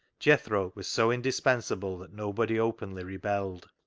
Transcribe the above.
jethro was so indispensable that nobody openly rebelled.